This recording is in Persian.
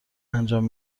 انجام